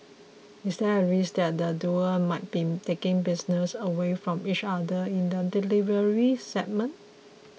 is there a risk that the duo might be taking business away from each other in the delivery segment